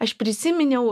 aš prisiminiau